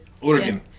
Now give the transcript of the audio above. Oregon